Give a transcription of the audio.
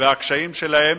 ואת הקשיים שלהם,